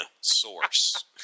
source